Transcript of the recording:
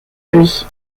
lui